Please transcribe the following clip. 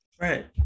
right